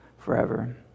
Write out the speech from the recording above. forever